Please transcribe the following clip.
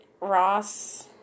Ross